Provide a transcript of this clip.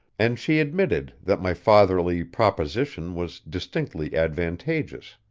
and she admitted that my fatherly proposition was distinctly advantageous.